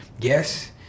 yes